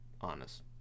honest